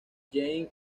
james